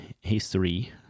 History